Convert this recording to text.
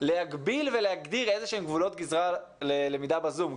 להגביל ולהגדיר איזה שהם גבולות גזרה ללמידה בזום,